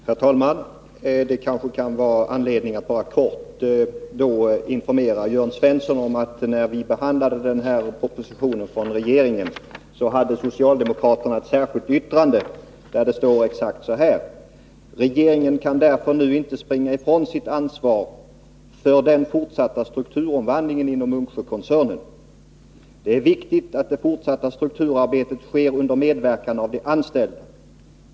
Herr talman! Det kanske då kan vara anledning att helt kort informera Jörn Svensson om att när vi behandlade den propositionen hade socialdemokraterna ett särskilt yttrande där det står exakt så här: ”Regeringen kan därför nu inte springa ifrån sitt ansvar för den fortsatta strukturomvandlingen inom Munksjökoncernen. Det är viktigt att det fortsatta strukturarbetet sker under medverkan av de anställda.